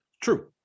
true